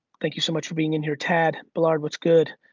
thank you so much for being in here. tad, blard, what's good?